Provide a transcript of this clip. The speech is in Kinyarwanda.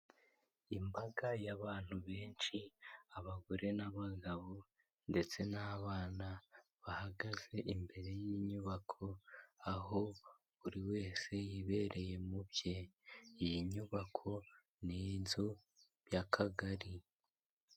Imbaga y'abantu benshi, abagore n'abagabo ndetse n'abana bahagaze imbere y'inyubako, aho buri wese yibereye mu bye. Iyi nyubako, ni inzu y'akagari.